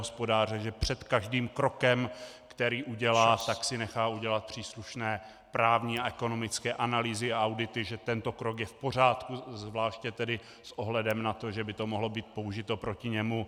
Že před každým krokem, který udělá, si nechá udělat příslušné právní a ekonomické analýzy a audity, že tento krok je v pořádku, zvláště s ohledem na to, že by to mohlo být použito proti němu.